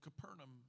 Capernaum